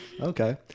Okay